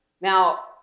Now